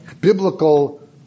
biblical